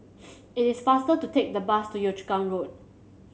it is faster to take the bus to Yio Chu Kang Road